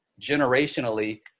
generationally